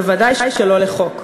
וודאי שלא לחוק,